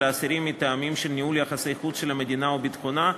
אסירים מטעמים של ניהול יחסי החוץ של המדינה או ביטחונה,